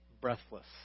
breathless